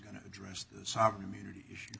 going to address the sovereign immunity issue